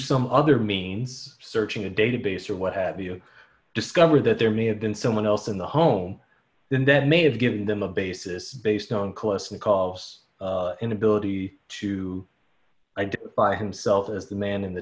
some other means searching a database or what have you discovered that there may have been someone else in the home then that may have given them a basis based on cost me costs inability to identify himself as the man in the